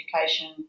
education